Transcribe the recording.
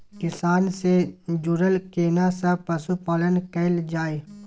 किसान से जुरल केना सब पशुपालन कैल जाय?